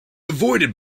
avoided